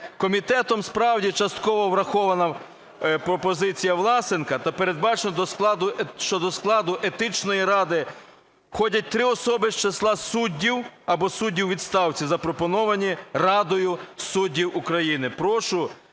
Комітетом, справді, частково врахована пропозиція Власенка та передбачено, що до складу Етичної ради входить три особи з числа суддів або суддів у відставці, запропоновані Радою суддів України.